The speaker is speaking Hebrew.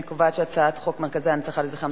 אני קובעת שהצעת חוק מרכזי ההנצחה לזכרם